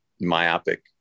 myopic